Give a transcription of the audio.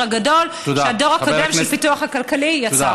הגדול שהדור הקודם של הפיתוח הכלכלי יצר.